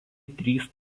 trys